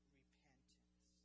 repentance